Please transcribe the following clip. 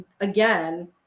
again